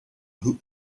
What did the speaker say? who